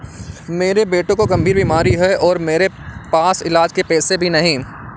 मेरे बेटे को गंभीर बीमारी है और मेरे पास इलाज के पैसे भी नहीं